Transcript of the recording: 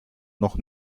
noch